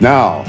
Now